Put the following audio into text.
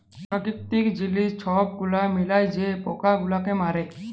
পেরাকিতিক জিলিস ছব গুলাল মিলায় যে পকা গুলালকে মারে